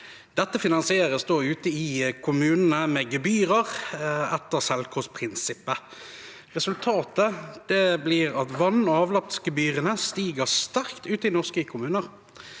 Dette finansieres ute i kommunene med gebyrer etter selvkostprinsippet. Resultatet blir at vann- og avløpsgebyrene stiger sterkt ute i norske kommuner.